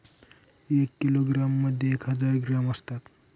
एका किलोग्रॅम मध्ये एक हजार ग्रॅम असतात